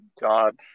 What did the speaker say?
god